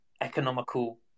economical